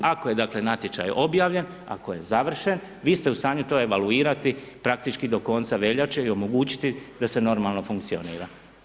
Ako je dakle natječaj objavljen, ako je završen, vi ste u stanju to evaluirati praktički do konca veljače i omogućiti da sve normalno funkcionira.